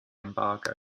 embargo